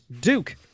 duke